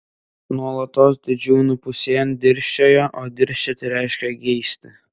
nuolatos didžiūnų pusėn dirsčiojo o dirsčioti reiškia geisti